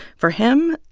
for him,